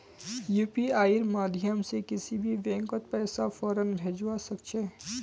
यूपीआईर माध्यम से किसी भी बैंकत पैसा फौरन भेजवा सके छे